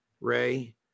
Ray